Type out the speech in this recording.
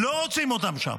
לא רוצים אותם שם.